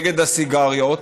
נגד הסיגריות,